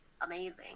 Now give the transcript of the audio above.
amazing